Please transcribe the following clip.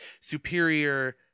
superior –